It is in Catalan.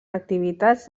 activitats